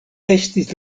estis